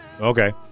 Okay